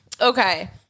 Okay